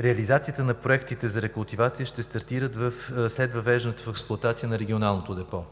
Реализацията на проектите за рекултивация ще стартират след въвеждането в експлоатация на регионалното депо.